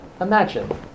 imagine